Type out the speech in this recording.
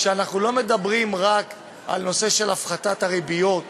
שאנחנו לא מדברים רק על הנושא של הפחתת הריביות,